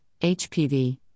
HPV